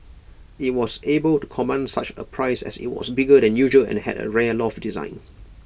IT was able to command such A price as IT was bigger than usual and had A rare loft design